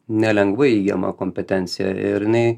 nelengvai įgyjama kompetencija ir jinai